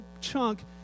chunk